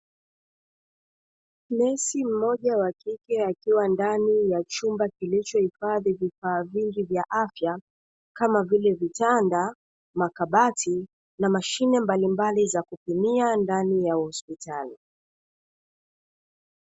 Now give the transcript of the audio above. Nesi mmoja wa kike akiwa ndani ya chumba kilichohifadhi vifaa vingi vya afya kama vile vitanda, makabati na mashine mbalimbali za kutumia ndani ya hospitali.